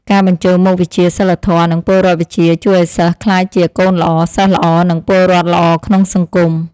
ការបញ្ចូលមុខវិជ្ជាសីលធម៌និងពលរដ្ឋវិជ្ជាជួយឱ្យសិស្សក្លាយជាកូនល្អ សិស្សល្អ និងពលរដ្ឋល្អក្នុងសង្គម។